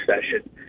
session